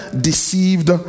deceived